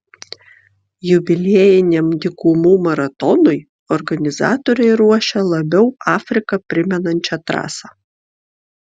jubiliejiniam dykumų maratonui organizatoriai ruošia labiau afriką primenančią trasą